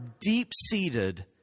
deep-seated